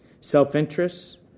self-interest